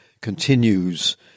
continues